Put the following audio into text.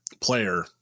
player